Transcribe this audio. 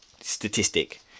statistic